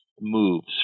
moves